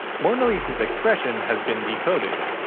mona lisa's expression has been decoded.